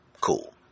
Cool